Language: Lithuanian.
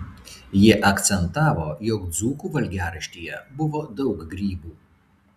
ji akcentavo jog dzūkų valgiaraštyje buvo daug grybų